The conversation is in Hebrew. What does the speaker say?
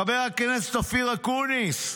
חבר הכנסת אופיר אקוניס,